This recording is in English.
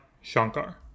Shankar